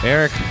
Eric